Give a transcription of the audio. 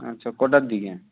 আচ্ছা কটার দিকে